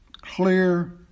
clear